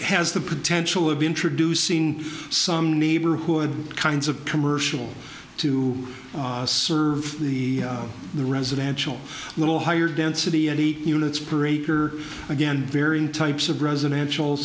has the potential of introducing some neighborhood kinds of commercial to serve the the residential little higher density units per acre again varying types of residential